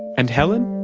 and helen?